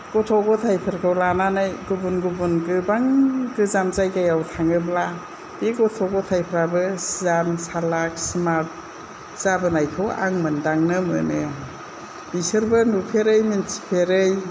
गथ' गथायफोरखौ लानानै गुबुन गुबुन गोबां गोजान जायगायाव थाङोब्ला बे गथ' गथायफोराबो जाम सालाख स्मार्ट जाबोनायखौ आं मोन्दांनो मोनो आं बिसोरबो नुफेरै मोन्थिफेरै